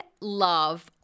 love